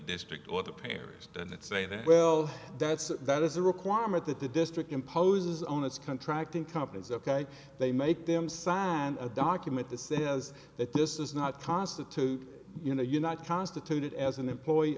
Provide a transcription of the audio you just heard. district or the parish and it's a that well that's that is a requirement that the district imposes on its contracting companies ok they make them sign a document the says that this is not constitute you know you're not constituted as an employee